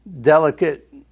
delicate